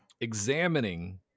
examining